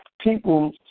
people